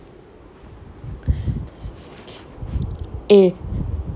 your your house is central how can anywhere be far away from you like fifteen dollar